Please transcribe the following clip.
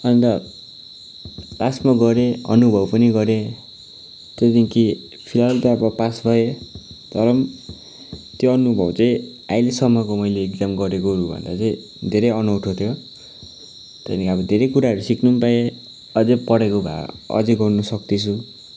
अन्त पास म गरेँ अनुभव पनि गरेँ त्यहाँदेखिको फिलहाल त अब पास भएँ तर त्यो अनुभव चाहिँ अहिलेसम्मको मैले इक्जाम गरेकोहरू भन्दा चाहिँ धेरै अनौठो थियो त्यहाँदेखि अब धेरै कुराहरू सिक्नु पाएँ अझ पढेको भए अझ गर्न सक्ने थिएछु